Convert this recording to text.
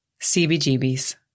CBGBs